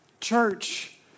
church